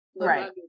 right